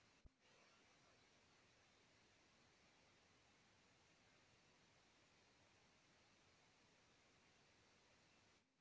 नवजात उद्यमी के पास नया काम शुरू करे क योजना रहेला आउर उ एहि योजना के आधार पर आगे बढ़ल जाला